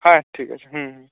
হ্যাঁ ঠিক আছে হুম হুম